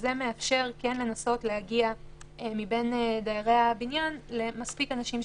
וזה מאפשר לנסות להגיע למספיק אנשים מבין דיירי הבניין שיסכימו.